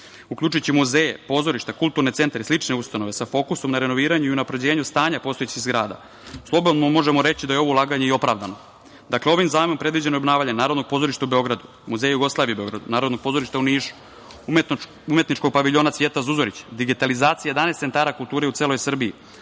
uključujući muzeje, pozorišta, kulturne centre i slične ustanove sa fokusom na renoviranju i unapređenju stanja postojećih zgrada, slobodno možemo reći da je ovo ulaganje i opravdano. Dakle, ovim zajmom predviđeno je obnavljanje Narodnog pozorišta u Beogradu, Muzej Jugoslavije u Beogradu, Narodnog pozorišta u Nišu, Umetničkog paviljona „Cvijeta Zuzorić“, digitalizacija 11 centara kulture u celoj Srbiji,